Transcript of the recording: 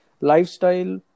lifestyle